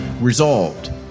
Resolved